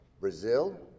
Brazil